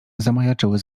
zamajaczyły